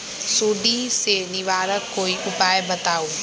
सुडी से निवारक कोई उपाय बताऊँ?